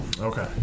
Okay